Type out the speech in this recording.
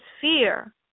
fear